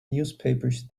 newspapers